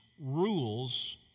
rules